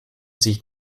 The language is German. sich